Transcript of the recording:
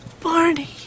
Barney